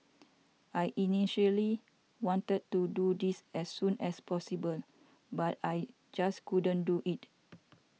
I initially wanted to do this as soon as possible but I just couldn't do it